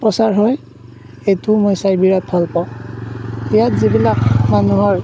প্ৰচাৰ হয় সেইটোও মই চাই বিৰাট ভাল পাওঁ ইয়াত যিবিলাক মানুহৰ